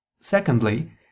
Secondly